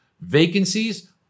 Vacancies